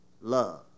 Love